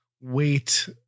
wait